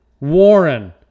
Warren